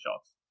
shots